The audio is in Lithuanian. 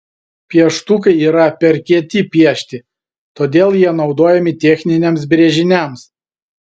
pieštukai yra per kieti piešti todėl jie naudojami techniniams brėžiniams